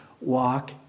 walk